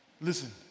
listen